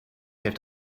heeft